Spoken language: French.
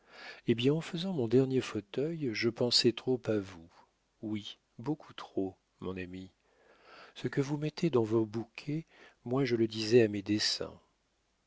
hé bien en faisant mon dernier fauteuil je pensais trop a vous oui beaucoup trop mon ami ce que vous mettez dans vos bouquets moi je le disais à mes dessins